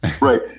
Right